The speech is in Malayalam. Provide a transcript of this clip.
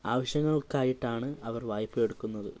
ആവശ്യങ്ങൾക്കായിട്ടാണ് അവർ വായ്പയെടുക്കുന്നത്